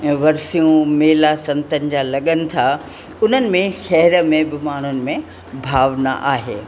वर्सियूं मेला संतनि जा लॻनि था उन्हनि में शहिरनि में बि माण्हुनि में भावना आहे